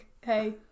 Hey